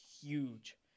huge